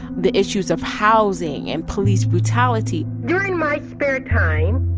the issues of housing and police brutality during my spare time,